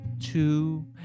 two